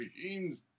machines